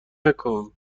نکن